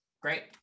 Great